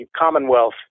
Commonwealth